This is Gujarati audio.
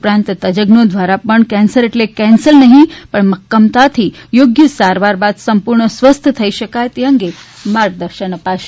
ઉપરાંત તજજ્ઞો દ્વારા પણ કેન્સર એટલે કેન્સલ નહિં પણ મક્કમતાથી યોગ્ય સારવાર બાદ સંપૂર્ણ સ્વસ્થ થઇ શકાય છે તે અંગે માર્ગદર્શન અપાશે